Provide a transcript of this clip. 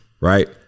right